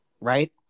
right